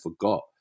forgot